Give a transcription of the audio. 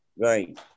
Right